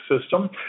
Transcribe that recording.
system